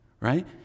Right